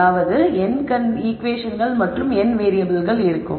அதாவது n ஈகுவேஷன்கள் மற்றும் n வேறியபிள்கள் இருக்கும்